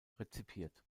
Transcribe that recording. rezipiert